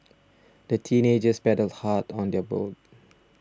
the teenagers paddled hard on their boat